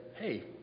Hey